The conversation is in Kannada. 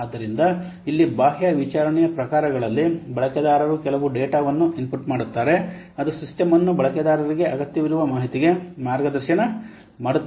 ಆದ್ದರಿಂದ ಇಲ್ಲಿ ಬಾಹ್ಯ ವಿಚಾರಣೆಯ ಪ್ರಕಾರಗಳಲ್ಲಿ ಬಳಕೆದಾರರು ಕೆಲವು ಡೇಟಾವನ್ನು ಇನ್ಪುಟ್ ಮಾಡುತ್ತಾರೆ ಅದು ಸಿಸ್ಟಮ್ ಅನ್ನು ಬಳಕೆದಾರರಿಗೆ ಅಗತ್ಯವಿರುವ ಮಾಹಿತಿಗೆ ಮಾರ್ಗದರ್ಶನ ಮಾಡುತ್ತದೆ